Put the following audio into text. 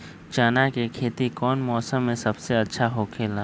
चाना के खेती कौन मौसम में सबसे अच्छा होखेला?